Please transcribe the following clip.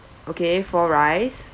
okay four rice